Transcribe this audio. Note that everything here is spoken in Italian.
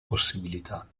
possibilità